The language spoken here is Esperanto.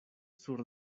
sur